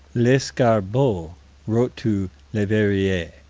lescarbault wrote to leverrier.